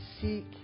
seek